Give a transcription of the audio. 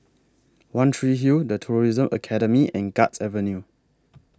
one Tree Hill The Tourism Academy and Guards Avenue